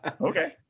Okay